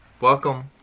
Welcome